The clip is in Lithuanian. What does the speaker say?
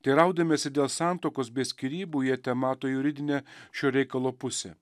teiraudamiesi dėl santuokos be skyrybų jie temato juridinę šio reikalo pusę